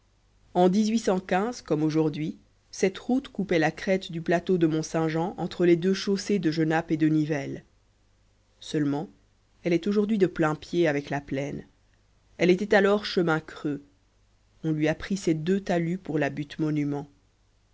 en comme aujourd'hui cette route coupait la crête du plateau de mont-saint-jean entre les deux chaussées de genappe et de nivelles seulement elle est aujourd'hui de plain-pied avec la plaine elle était alors chemin creux on lui a pris ses deux talus pour la